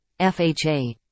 FHA